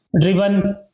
driven